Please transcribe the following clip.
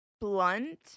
blunt